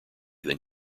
than